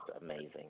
amazing